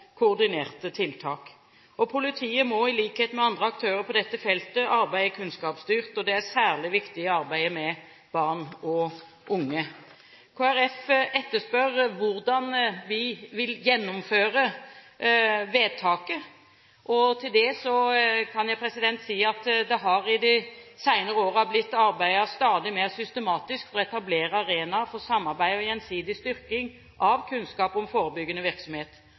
koordinerte tiltak. Politiet må, i likhet med andre aktører på dette feltet, arbeide kunnskapsstyrt. Dette er særlig viktig i arbeidet med barn og unge. Kristelig Folkeparti etterspør hvordan vi vil gjennomføre vedtaket. Til det kan jeg si at det i de senere årene har blitt arbeidet stadig mer systematisk for å etablere arenaer for samarbeid og gjensidig styrking av kunnskap om forebyggende virksomhet.